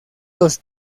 los